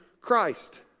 Christ